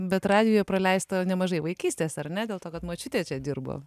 bet radijuje praleista nemažai vaikystės ar ne dėl to kad močiutė čia dirbo